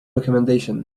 recomendation